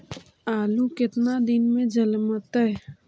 आलू केतना दिन में जलमतइ?